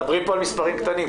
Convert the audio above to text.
מדברים כאן על מספרים קטנים.